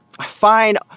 Fine